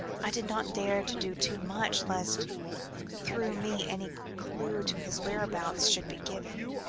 i did not dare to do too much, lest through me any clue to his whereabouts should be given.